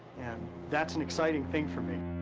and that's an exciting thing for me.